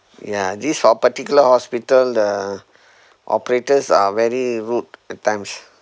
yeah this ho~ particular hospital the operators are very rude at times